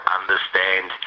understand